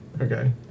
Okay